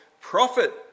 prophet